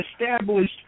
established